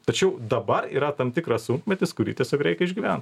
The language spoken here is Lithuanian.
tačiau dabar yra tam tikras sunkmetis kurį tiesiog reikia išgyven